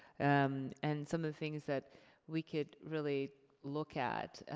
and and some of the things that we could really look at,